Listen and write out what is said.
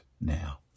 now